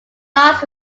last